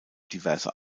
diverse